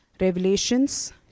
Revelations